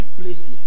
places